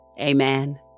Amen